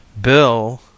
Bill